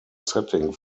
setting